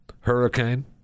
hurricane